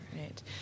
right